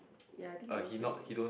ya I think don't want to play already